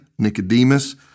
Nicodemus